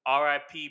RIP